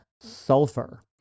Sulfur